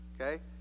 okay